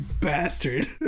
bastard